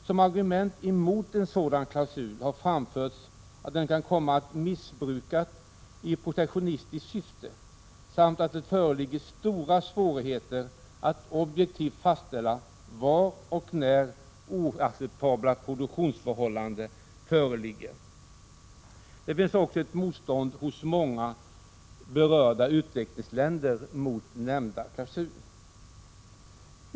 Som argument emot en sådan klausul har framförts att den kan komma att missbrukas i protektionistiskt syfte samt att det föreligger stora svårigheter att objektivt fastställa var och när oacceptabla produktionsförhållanden föreligger. Det finns också ett motstånd hos många berörda utvecklingsländer mot nämnda klausul.